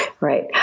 Right